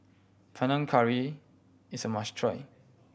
Panang Curry is a must try